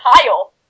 Tile